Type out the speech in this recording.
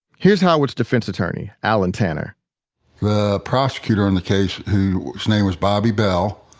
here's howard's defense attorney allen tanner the prosecutor in the case, whose name was bobby bell,